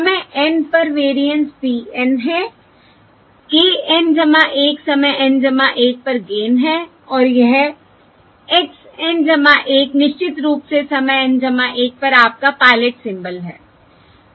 समय N पर variance p N है k N 1 समय N 1 पर गेन है और यह x N 1 निश्चित रूप से समय N 1 पर आपका पायलट सिंबल है